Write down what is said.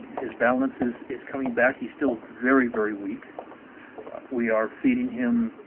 his balance is is coming back, he's still very very weak we are feeding him